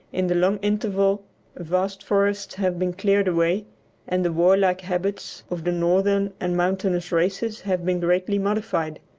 in the long interval vast forests have been cleared away and the warlike habits of the northern and mountainous races have been greatly modified,